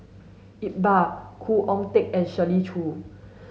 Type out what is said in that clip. Iqbal Khoo Oon Teik and Shirley Chew